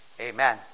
Amen